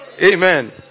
amen